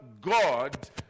God